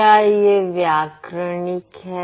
क्या यह व्याकरणिक है